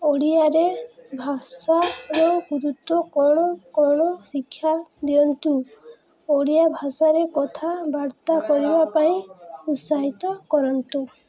ଓ ଓଡ଼ିଆରେ ଭାଷ ଓ ଗୁରୁତ୍ୱ କ'ଣ କ'ଣ ଶିକ୍ଷା ଦିଅନ୍ତୁ ଓଡ଼ିଆ ଭାଷାରେ କଥାବାର୍ତ୍ତା କରିବା ପାଇଁ ଉତ୍ସାହିତ କରନ୍ତୁ